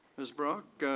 ms. brock.